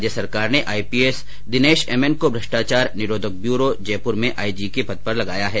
राज्य सरकार ने आईपीएस दिनेश एमएन को भ्रष्टाचार निरोधक ब्यूरो जयपुर में आईजी के पद पर लगाया है